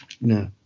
no